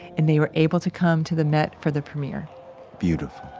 and they were able to come to the met for the premiere beautiful.